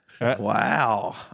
Wow